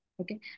Okay